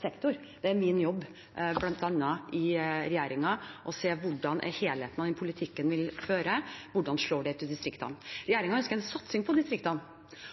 sektor. Det er min jobb i regjeringen bl.a. å se hvordan helheten av den politikken vi fører, slår ut i distriktene. Regjeringen ønsker en satsing på distriktene.